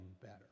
better